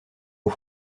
aux